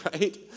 right